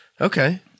Okay